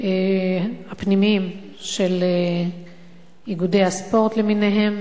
הפנימיים של איגודי הספורט למיניהם,